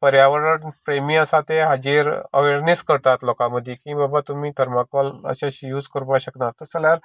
पर्यावरण प्रेमी आसा ते हाजेर अवेरनेस करता लोकां मदी की बाबा तुमी थरमाकोल अशें अशें यूज करपाक शकना तशे जाल्यार